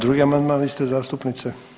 Drugi amandman iste zastupnice.